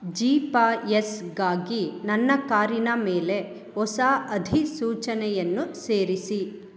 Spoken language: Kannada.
ಜಿ ಪಿ ಎಸ್ಗಾಗಿ ನನ್ನ ಕಾರಿನ ಮೇಲೆ ಹೊಸ ಅಧಿಸೂಚನೆಯನ್ನು ಸೇರಿಸಿ